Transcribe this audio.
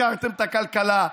הפקרתם את הכלכלה,